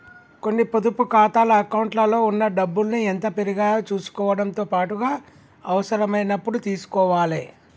కొన్ని పొదుపు ఖాతాల అకౌంట్లలో ఉన్న డబ్బుల్ని ఎంత పెరిగాయో చుసుకోవడంతో పాటుగా అవసరమైనప్పుడు తీసుకోవాలే